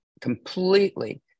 Completely